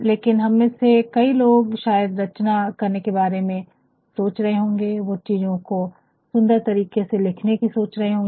लेकिन हम में से कई लोग शायद रचना करने के बारे में सोच रहे होंगे वो चीज़ो को सुन्दर तरीके से लिखने की सोच रहे होंगे